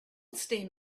steam